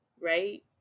right